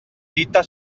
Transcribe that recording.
dita